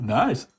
nice